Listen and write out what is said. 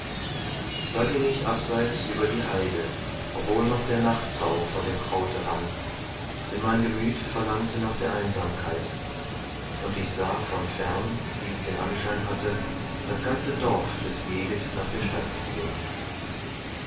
da ging ich abseits über die heide obwohl noch der nachtthau von dem kraute rann denn mein gemüth verlangte nach der einsamkeit und ich sahe von fern wie es den anschein hatte das ganze dorf des weges nach der stadt ziehen